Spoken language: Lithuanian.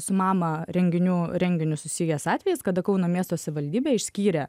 su mama renginių renginiu susijęs atvejis kada kauno miesto savivaldybė išskyrė